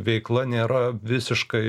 veikla nėra visiškai